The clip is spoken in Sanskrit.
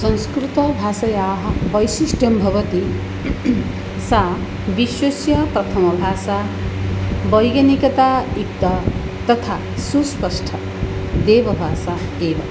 संस्कृतभाषायाः वैशिष्ट्यं भवति सा विश्वस्य प्रथमभाषा वैज्ञानिकतायुक्ता तथा सुस्पष्टदेवभाषा एव